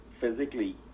physically